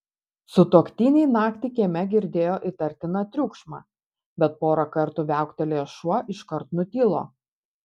sutuoktiniai naktį kieme girdėjo įtartiną triukšmą bet porą kartų viauktelėjęs šuo iškart nutilo